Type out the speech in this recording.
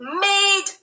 made